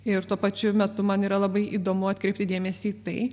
ir tuo pačiu metu man yra labai įdomu atkreipti dėmesį į tai